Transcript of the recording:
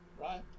Right